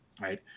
right